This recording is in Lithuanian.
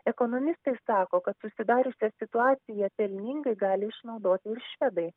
ekonomistai sako kad susidariusią situaciją pelningai gali išnaudoti ir švedai